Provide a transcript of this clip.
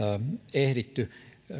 ehditty